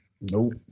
Nope